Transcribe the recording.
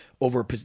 over –